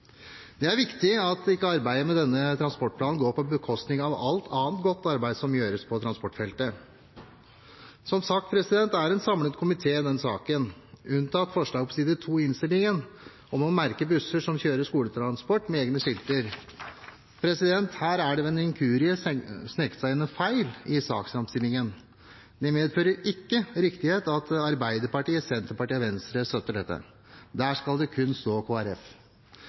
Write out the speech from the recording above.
Det er viktig at arbeidet med denne transportplanen ikke går på bekostning av alt annet godt arbeid som gjøres på transportfeltet. Som sagt: Det er en samlet komité i denne saken, unntatt når det gjelder forslaget som er omtalt på side 2 i innstillingen, om å merke busser som kjører skoletransport, med egne skilter. Her har det ved en inkurie sneket seg inn en feil i saksframstillingen. Det medfører ikke riktighet at Arbeiderpartiet, Senterpartiet og Venstre støtter dette. Der skal det kun stå